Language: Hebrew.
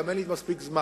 גם אין לי מספיק זמן.